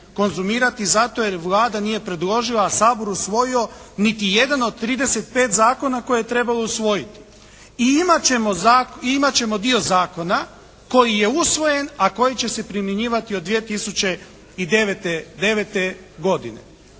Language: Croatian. konzumirati zato jer Vlada nije predložio a Sabor usvojio niti jedan od trideset pet zakona koje je trebalo usvojiti. I imat ćemo dio zakona koji je usvojen a koji će se primjenjivati od 2009. godine.